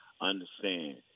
understand